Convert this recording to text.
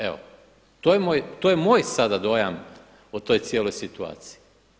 Evo to je moj sada dojam o toj cijeloj situaciji.